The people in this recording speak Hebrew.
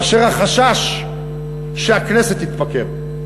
מאשר החשש שהכנסת תתפקר.